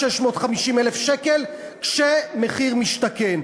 650,000 שקל כמחיר למשתכן.